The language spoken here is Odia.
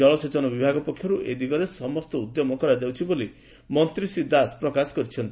କଳସେଚନ ବିଭାଗ ପକ୍ଷର୍ର ଏ ଦିଗରେ ସମସ୍ତ ଉଦ୍ୟମ କରାଯାଉଛି ବୋଲି ମନ୍ତୀ ଶ୍ରୀ ଦାସ ପ୍ରକାଶ କରିଛନ୍ତି